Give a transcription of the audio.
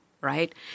right